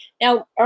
Now